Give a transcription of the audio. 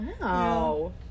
wow